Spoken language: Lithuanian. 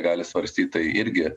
gali svarstyt tai irgi